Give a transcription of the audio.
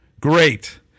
great